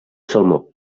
salmó